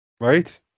right